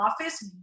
office